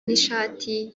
n’ishati